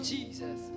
Jesus